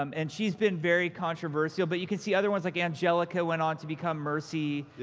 um and she's been very controversial. but you can see other ones, like angelica went on to become mercy,